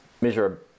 measure